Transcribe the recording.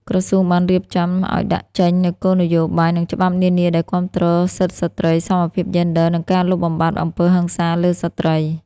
ក្រសួងបានរៀបចំ ហើយដាក់ចេញនូវគោលនយោបាយ និងច្បាប់នានាដែលគាំទ្រសិទ្ធិស្ត្រី សមភាពយេនឌ័រ និងការលុបបំបាត់អំពើហិង្សាលើស្ត្រី។